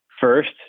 First